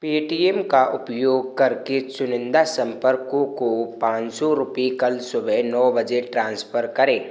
Paytm का उपयोग करके चुनिंदा संपर्को को पाँच सौ रुपये कल सुबह नौ बजे ट्रांसफ़र करें